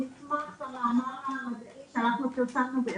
בהחלטה מספטמבר 2018,